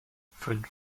fünf